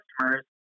customers